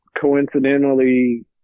coincidentally